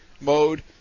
mode